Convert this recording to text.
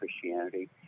Christianity